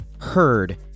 Herd